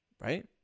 right